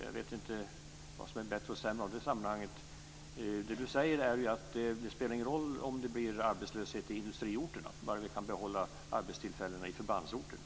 Jag vet inte vad som är bättre eller sämre i det sammanhanget. Det du säger är att det inte spelar någon roll om det bli arbetslöshet i industriorterna bara vi kan behålla arbetstillfällena i förbandsorterna.